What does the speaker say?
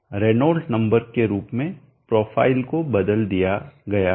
Renault number के रूप में प्रोफ़ाइल को बदल दिया गया है